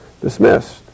dismissed